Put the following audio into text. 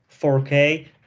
4K